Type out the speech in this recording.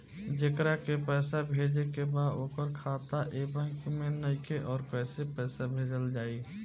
जेकरा के पैसा भेजे के बा ओकर खाता ए बैंक मे नईखे और कैसे पैसा भेजल जायी?